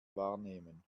wahrnehmen